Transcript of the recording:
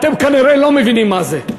אתם כנראה לא מבינים מה זה.